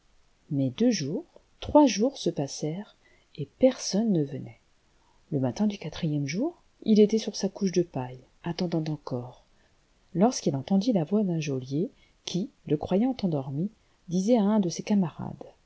mais deux jours trois jours se passèrent et personne ne venait le matin du quatrième jour il était sur sa couche de paille attendant encore lorsqu'il entendit la voix d'un geôlier qui le croyant endormi disait à un de ses camarades